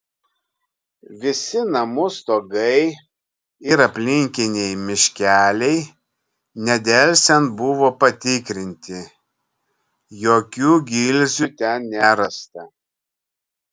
visi namų stogai ir aplinkiniai miškeliai nedelsiant buvo patikrinti jokių gilzių ten nerasta